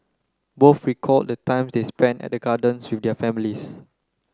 both recalled the times they spent at the gardens with their families